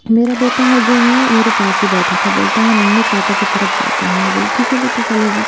मेरा बेटा है जो है मेरे पास ही बैठा था बोलता है मम्मी पापा के तरफ जाता हूँ मैं बोली ठीक है बेटा चले जा